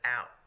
out